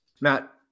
Matt